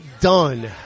done